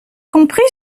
compris